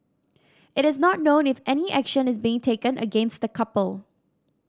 it is not known if any action is being taken against the couple